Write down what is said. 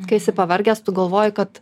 kai esi pavargęs tu galvoji kad